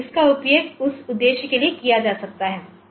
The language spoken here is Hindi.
तो इसका उपयोग उस उद्देश्य के लिए किया जा सकता है